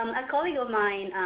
um a colleague of mine,